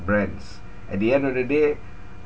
brands at the end of the day